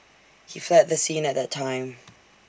he fled the scene at that time